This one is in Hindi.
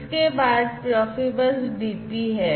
इसके बाद Profibus DP है